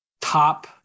top